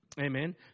Amen